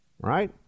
Right